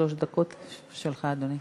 שלוש דקות שלך, אדוני.